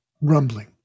rumbling